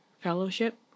fellowship